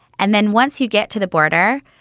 and then once you get to the border,